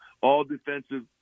all-defensive